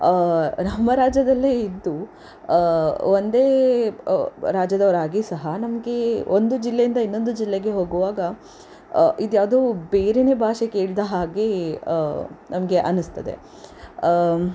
ರಾಮ ರಾಜ್ಯದಲ್ಲೇ ಇದ್ದು ಒಂದೇ ರಾಜ್ಯದವರಾಗಿ ಸಹ ನಮಗೆ ಒಂದು ಜಿಲ್ಲೆಯಿಂದ ಇನ್ನೊಂದು ಜಿಲ್ಲೆಗೆ ಹೋಗುವಾಗ ಇದು ಯಾವುದೋ ಬೇರೇನೇ ಭಾಷೆ ಕೇಳಿದ ಹಾಗೆ ನಮಗೆ ಅನ್ನಿಸ್ತದೆ